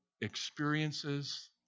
experiences